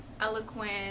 eloquent